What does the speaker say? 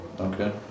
Okay